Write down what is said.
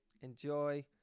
enjoy